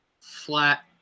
flat